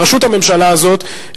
בראשות הממשלה הזאת,